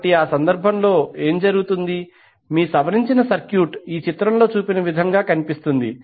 కాబట్టి ఆ సందర్భంలో ఏమి జరుగుతుంది మీ సవరించిన సర్క్యూట్ ఈ చిత్రంలో చూపిన విధంగా కనిపిస్తుంది